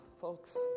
folks